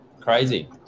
crazy